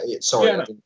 Sorry